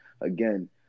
again